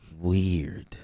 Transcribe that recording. weird